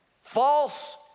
False